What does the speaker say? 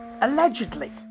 allegedly